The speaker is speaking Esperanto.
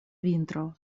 vintro